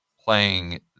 playing